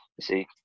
see